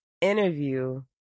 interview